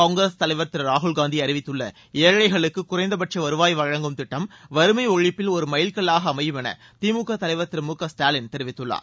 காங்கிரஸ் தலைவர் திரு ராகுல் காந்தி அறிவித்துள்ள ஏழைகளுக்கு குறைந்தபட்ச வருவாய் வழங்கும் திட்டம் வறுமை ஒழிப்பில் ஒரு மைல் கல்லாக அமையும் என திமுக தலைவர் திரு மு க ஸ்டாலின் தெரிவித்துள்ளார்